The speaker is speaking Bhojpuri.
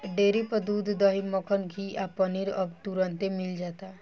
डेरी पर दूध, दही, मक्खन, घीव आ पनीर अब तुरंतले मिल जाता